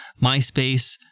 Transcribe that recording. MySpace